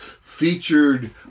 featured